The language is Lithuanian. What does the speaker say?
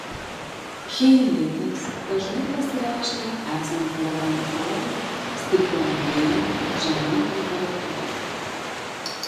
cheilitas dažnai pasireiškia esant blogam orui stipriam vėjui žemai temperatūrai